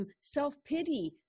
self-pity